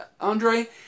Andre